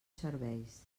serveis